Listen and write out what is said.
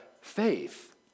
faith